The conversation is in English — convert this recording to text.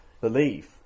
believe